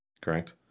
correct